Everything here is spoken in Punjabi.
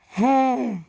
ਹੈ